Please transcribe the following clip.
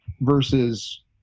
versus